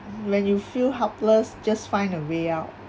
when you feel helpless just find a way out